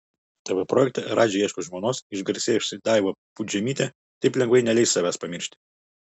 tv projekte radži ieško žmonos išgarsėjusi daiva pudžemytė taip lengvai neleis savęs pamiršti